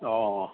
অঁ